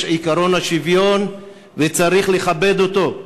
יש עקרון השוויון וצריך לכבד אותו,